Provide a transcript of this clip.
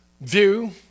view